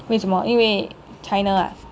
为什么因为 china ah